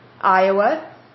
Iowa